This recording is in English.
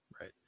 right